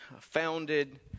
founded